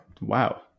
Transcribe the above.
wow